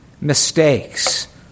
mistakes